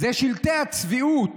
אלה שלטי הצביעות,